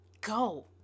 go